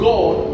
God